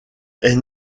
est